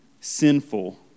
sinful